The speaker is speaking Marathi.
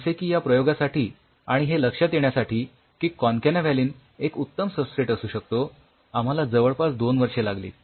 जसे की या प्रयोगासाठी आणि हे लक्षात येण्यासाठी की कॉनकॅनाव्हॅलीन एक उत्तम सबस्ट्रेट असू शकतो आम्हाला जवळपास दोन वर्षे लागलीत